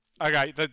Okay